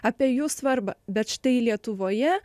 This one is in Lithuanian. apie jų svarbą bet štai lietuvoje